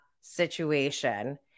situation